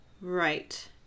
Right